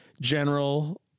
general